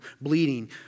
bleeding